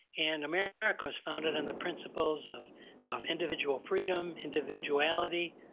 and america was founded on the principles of of individual freedom, individuality.